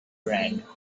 brand